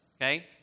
Okay